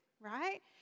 right